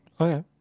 okay